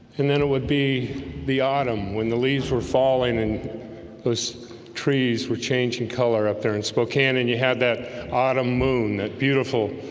and then it would be the autumn when the leaves were falling and those trees were changing color up there in spokane and you had that autumn moon that beautiful